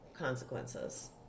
Consequences